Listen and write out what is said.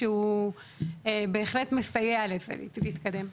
שהוא בהחלט מסייע לזה להתקדם.